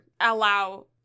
allow